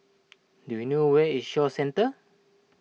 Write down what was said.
do you know where is Shaw Centre